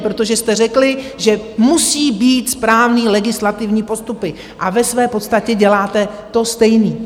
Protože jste řekli, že musí být správné legislativní postupy, a ve své podstatě děláte to stejné.